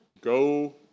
Go